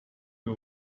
you